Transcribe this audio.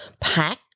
pack